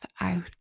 out